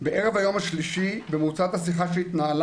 בערב היום השלישי במרוצת השיחה שהתנהלה